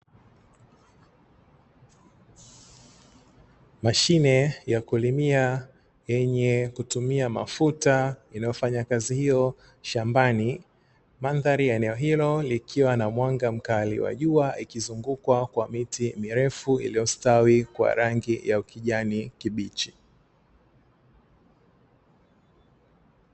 Mashine ya kulimia yenye kutumia mafuta inayofanya kazi hiyo shambani mandhari ya eneo hilo likiwa na mwanga mkali wa jua ikizungukwa kwa miti mirefu iliyostawi kwa rangi ya ukijani kibichi.